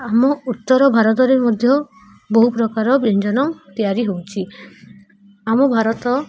ଆମ ଉତ୍ତର ଭାରତରେ ମଧ୍ୟ ବହୁ ପ୍ରକାର ବ୍ୟଞ୍ଜନ ତିଆରି ହେଉଛି ଆମ ଭାରତ